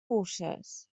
puces